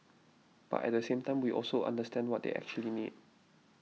but at the same time we also understand what they actually need